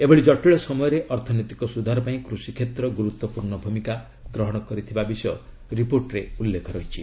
ଏଭଳି ଜଟିଳ ସମୟରେ ଅର୍ଥନୈତିକ ସୁଧାର ପାଇଁ କୃଷିକ୍ଷେତ୍ର ଗୁରୁତ୍ୱପୂର୍ଣ୍ଣ ଭୂମିକା ଗ୍ରହଣ କରିଥିବାର ରିପୋର୍ଟରେ ଉଲ୍ଲେଖ ରହିଛି